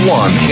one